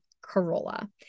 Corolla